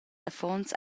affons